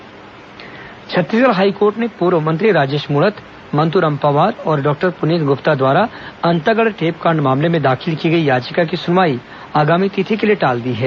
अंतागढ़ टेपकांड छत्तीसगढ़ हाईकोर्ट ने पूर्व मंत्री राजेश मूणत मंतूराम पवार और डॉक्टर पुनीत गुप्ता द्वारा अंतागढ़ टेपकांड मामले में दाखिल की गई याचिका की सुनवाई आगामी तिथि के लिए टाल दी है